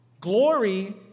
Glory